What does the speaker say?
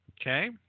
Okay